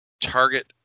target